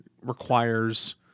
requires